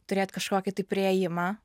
turėt kažkokį tai priėjimą